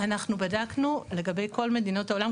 אנחנו בדקנו לגבי כל מדינות העולם.